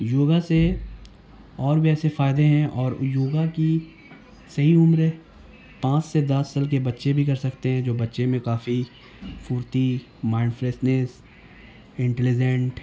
یوگا سے اور بھی ایسے فائدے ہیں اور یوگا کی صحیح عمر پانچ سے دس سال کے بچے بھی کر سکتے ہیں جو بچے میں کافی پھرتی مائنڈ فریسنیس انٹلیزینٹ